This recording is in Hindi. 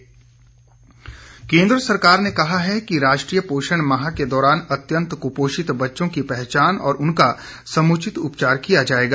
पोषण माह केंद्र सरकार ने कहा है कि राष्ट्रीय पोषण माह के दौरान अत्यंत कुपोषित बच्चों की पहचान और उनका समुचित उपचार किया जाएगा